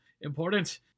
important